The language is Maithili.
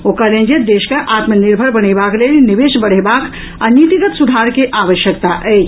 ओ कहलनि जे देश के आत्मनिर्भर बनेबाक लेल निवेश बढ़ेबाक आ नीतिगत सुधार के आवश्यकता अछि